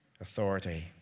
authority